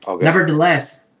nevertheless